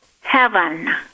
Heaven